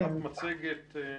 (מוצגת מצגת)